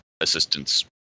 assistance